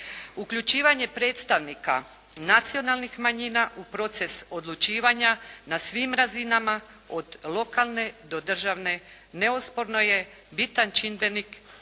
Uključivanje predstavnika nacionalnih manjina u proces odlučivanja na svim razinama od lokalne do državne neosporno je bitan čimbenik